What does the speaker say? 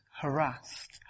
harassed